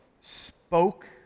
spoke